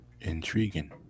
Intriguing